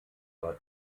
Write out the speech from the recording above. war